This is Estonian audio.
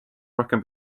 rohkem